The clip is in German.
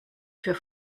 für